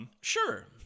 Sure